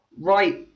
right